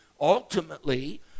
ultimately